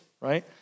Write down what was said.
right